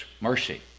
mercy